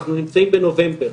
אנחנו נמצאים בנובמבר.